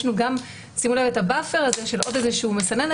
יש לנו גם את ה-באפר הזה של עוד איזושהי מסננת,